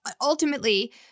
ultimately